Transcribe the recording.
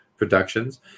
productions